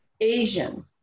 Asian